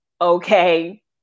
okay